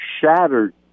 shattered